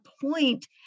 point